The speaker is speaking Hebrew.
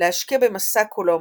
להשקיע במסע קולומבוס,